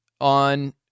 on